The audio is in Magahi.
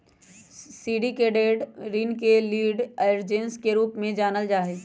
सिंडिकेटेड ऋण के लीड अरेंजर्स के रूप में जानल जा हई